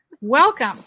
welcome